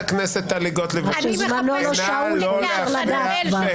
אני מחפשת את החנמאל שלך.